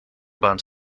bahnt